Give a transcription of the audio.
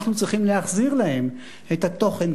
אנחנו צריכים להחזיר להן את התוכן.